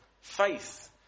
faith